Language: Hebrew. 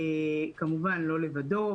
כמובן לא לבדו,